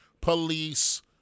Police